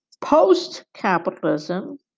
post-capitalism